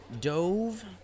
Dove